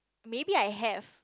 maybe I have